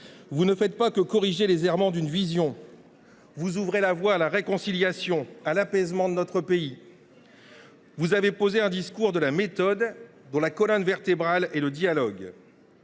vous ne faites pas que corriger les errements des tenants d’une vision, vous ouvrez la voie à la réconciliation et à l’apaisement dans notre pays. Vous avez défini un discours de la méthode, dont la colonne vertébrale est le dialogue.